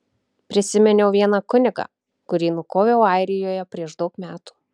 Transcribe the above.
prisiminiau vieną kunigą kurį nukoviau airijoje prieš daug metų